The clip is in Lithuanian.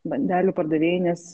bandelių pardavėjai nes